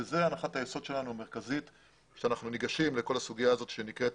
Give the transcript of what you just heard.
וזאת הנחת היסוד המרכזית שלנו כשאנחנו ניגשים לכל הסוגיה הזאת שנקראת